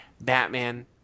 Batman